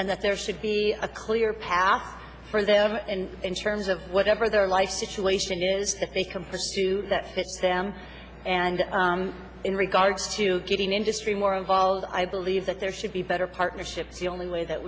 and that there should be a clear path for them in terms of whatever their life situation is if they can push to that fits them and in regards to getting industry more involved i believe that there should be better partnerships the only way that